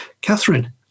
Catherine